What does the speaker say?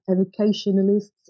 educationalists